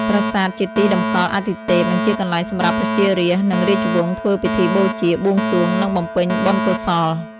ប្រាសាទជាទីតម្កល់អាទិទេព និងជាកន្លែងសម្រាប់ប្រជារាស្ត្រ និងរាជវង្សធ្វើពិធីបូជា បួងសួង និងបំពេញបុណ្យកុសល។